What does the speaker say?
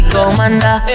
Commander